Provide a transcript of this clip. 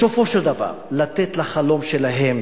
בסופו של דבר לתת לחלום שלהם